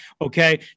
okay